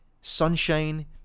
Sunshine